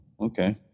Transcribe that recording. Okay